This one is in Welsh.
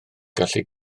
gallu